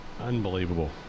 unbelievable